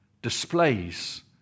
displays